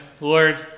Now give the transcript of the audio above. Lord